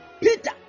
Peter